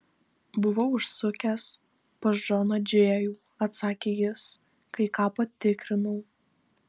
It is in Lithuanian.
buvau užsukęs pas džoną džėjų atsakė jis kai ką patikrinau